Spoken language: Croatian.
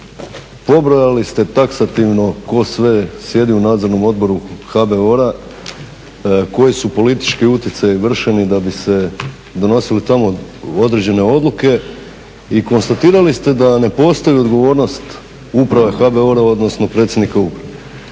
Pobrojali ste taksativno tko sve sjedi u Nadzornom odboru HBOR-a, koji su politički utjecaji vršeni da bi se donosile tamo određene odluke i konstatirali ste da ne postoji odgovornost uprave HBOR-a odnosno predsjednika uprave.